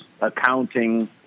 accounting